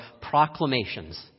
proclamations